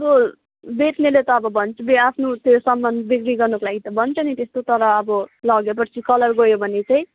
अब बेच्नेले त अब भन्छ आफ्नो त्यो सामान बिक्री गर्नुको लागि त भन्छ नि त्यस्तो तर अब लगेपछि चाहिँ कलर गयो भने चाहिँ